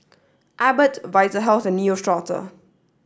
Abbott Vitahealth and Neostrata